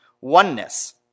oneness